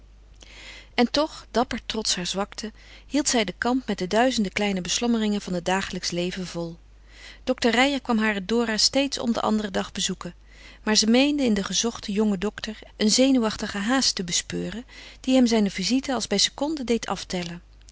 en toch dapper trots haar zwakte hield zij den kamp met de duizende kleine beslommeringen van het dagelijksche leven vol dokter reijer kwam hare dora steeds om den anderen dag bezoeken maar ze meende in den gezochten jongen dokter een zenuwachtige haast te bespeuren die hem zijne visite als bij seconden deed aftellen